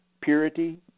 purity